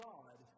God